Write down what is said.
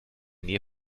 nähe